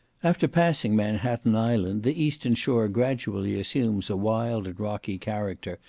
after passing manhatten island, the eastern shore gradually assumes a wild and rocky character,